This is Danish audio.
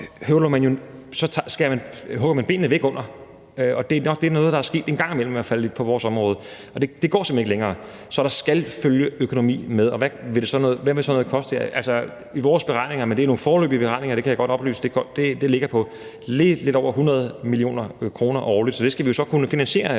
gør det, så hugger man benene væk under det, og det er nok noget, der i hvert fald er sket en gang imellem på vores område, og det går simpelt hen ikke længere. Så der skal følge økonomi med. Og hvad vil sådan noget her koste? Jeg kan godt oplyse, at i vores beregninger – det er nogle foreløbige beregninger – ligger det på lige lidt over 100 mio. kr. årligt, så det skal vi jo så kunne finansiere